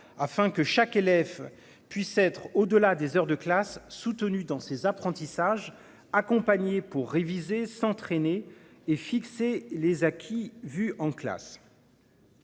afin que chaque élève puisse être au-delà des heures de classe soutenu dans ses apprentissages accompagné pour réviser s'entraîner et fixer les acquis vu en classe.